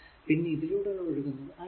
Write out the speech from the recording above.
പിന്നെ ഇതിലൂടെ ഒഴുകുന്നത് i 2